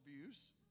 abuse